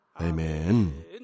Amen